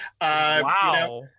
Wow